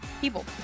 people